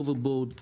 הוברבורד וסגוואיי.